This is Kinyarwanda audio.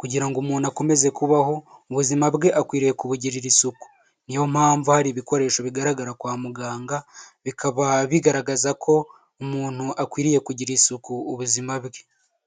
kugira ngo umuntu akomeze kubaho mu buzima bwe akwiriye kubugirira isuku niyo mpamvu hari ibikoresho bigaragara kwa muganga bikaba bigaragaza ko umuntu akwiriye kugira isuku ubuzima bwe.